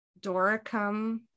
Doricum